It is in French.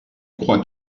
croit